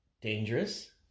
dangerous